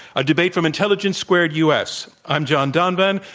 a debate from intelligence squared u. s. i'm john donvan.